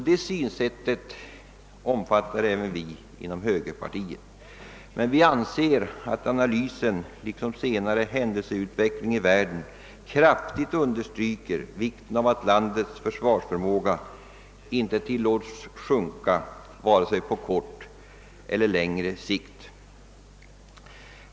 Detta synsätt omfattas även av oss i högerpartiet, men vi anser att analysen liksom senare händelseutveckling i världen kraftigt understryker vikten av att landets försvarsförmåga inte tillåtes sjunka vare sig på kort eller längre sikt.